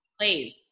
Please